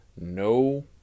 No